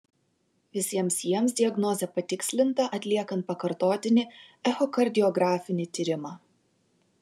visiems jiems diagnozė patikslinta atliekant pakartotinį echokardiografinį tyrimą